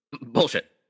Bullshit